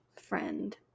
friend